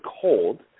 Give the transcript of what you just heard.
cold